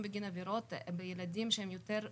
בגין עבירות בילדים שהם יותר גדולים,